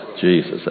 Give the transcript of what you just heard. jesus